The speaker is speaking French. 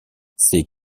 ses